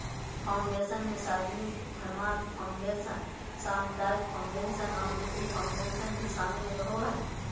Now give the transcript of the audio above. foundation मे सार्वजनिक धर्मार्थ फ़ाउंडेशन, सामुदायिक फ़ाउंडेशन आर निजी फ़ाउंडेशन भी शामिल रहो हय,